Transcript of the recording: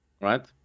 Right